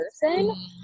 person